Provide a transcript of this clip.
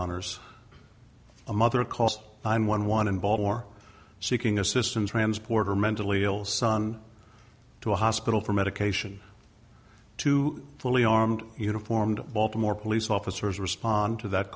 honour's a mother cos i'm one one in baltimore seeking assistance transporter mentally ill son to a hospital for medication to fully armed uniformed baltimore police officers respond to that